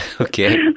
Okay